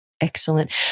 Excellent